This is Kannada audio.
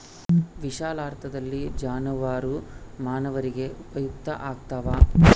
ವಿಶಾಲಾರ್ಥದಲ್ಲಿ ಜಾನುವಾರು ಮಾನವರಿಗೆ ಉಪಯುಕ್ತ ಆಗ್ತಾವ